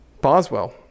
Boswell